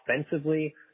Offensively